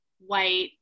white